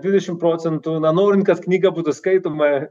dvidešimt procentų na norint kad knyga būtų skaitoma